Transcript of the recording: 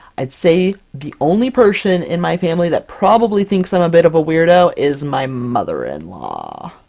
i'd say the only person in my family that probably thinks i'm a bit of a weirdo, is my mother-in-law!